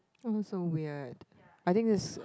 why am I so weird I think this